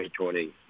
2020